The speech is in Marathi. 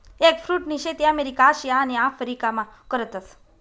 एगफ्रुटनी शेती अमेरिका, आशिया आणि आफरीकामा करतस